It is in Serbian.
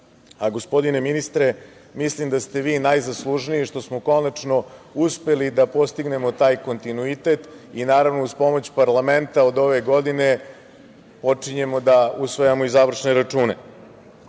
a gospodine ministre, mislim da ste vi najzaslužniji što smo konačno uspeli da postignemo taj kontinuitet i naravno uz pomoć parlamenta od ove godine počinjemo da usvajamo i završne račune. Bićete